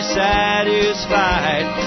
satisfied